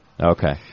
Okay